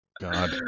God